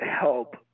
help